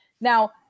Now